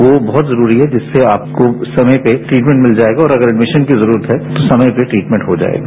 यो बहुत जरूरी है जिससे आपको समय पर ट्रीटमेंट मिल जाएगा और अगर एडमिशन की जरूरत है तो समय पर ट्रीटमॅट हो जाएगा